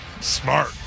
smart